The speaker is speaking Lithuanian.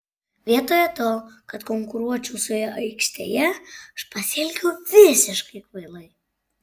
vietoje to kad konkuruočiau su juo aikštėje aš pasielgiau visiškai kvailai